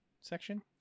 section